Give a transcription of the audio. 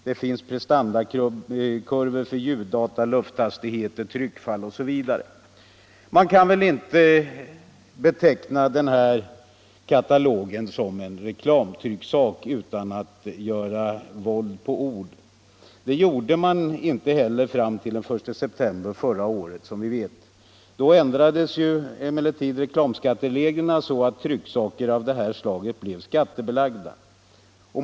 Där finns prestandakurvor för ljud Man kan väl inte beteckna den här katalogen som en reklamtrycksak utan att göra våld på ord. Det gjorde man inte heller fram till den 1 september förra året. Då ändrades emellertid reklamskattereglerna så att trycksaker av detta slag blev skattebelagda.